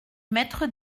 maître